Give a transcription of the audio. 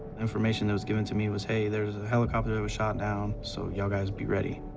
information that was given to me was, hey, there's a helicopter that was shot down, so y'all guys be ready.